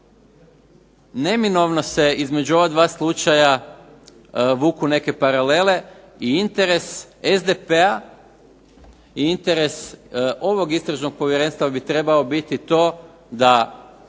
Neminovno se između ova dva slučaja vuku neke paralele i interes SDP-a i interes ovog istražnog povjerenstva bi trebao biti to da